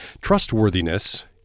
Trustworthiness